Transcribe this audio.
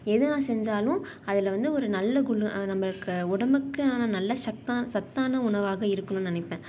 எது நான் செஞ்சாலும் அதில் வந்து ஒரு நல்ல குலு நம்மளுக்கு உடம்புக்கான நல்ல சத்தான சத்தான உணவாக இருக்குணும்னு நினைப்பேன்